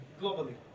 globally